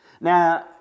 Now